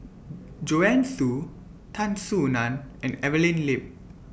Joanne Soo Tan Soo NAN and Evelyn Lip